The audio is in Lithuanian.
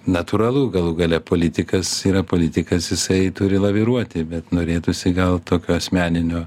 natūralu galų gale politikas yra politikas jisai turi laviruoti bet norėtųsi gal tokio asmeninio